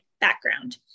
background